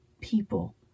people